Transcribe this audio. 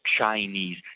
Chinese